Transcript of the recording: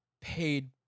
paid